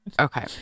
okay